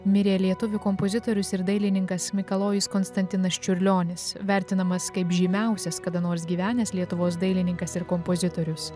mirė lietuvių kompozitorius ir dailininkas mikalojus konstantinas čiurlionis vertinamas kaip žymiausias kada nors gyvenęs lietuvos dailininkas ir kompozitorius